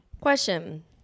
Question